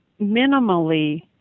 minimally